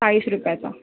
चाळीस रुपयाचा